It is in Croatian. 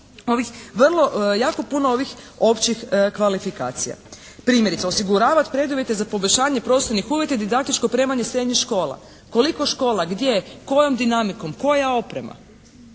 vrlo, jako puno ovih općih kvalifikacija. Primjerice osiguravati preduvjete za poboljšanje prostornih uvjeta i didaktičko opremanje srednjih škola. Koliko škola? Gdje? Kojom dinamikom? Koja oprema?